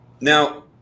Now